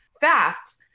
fast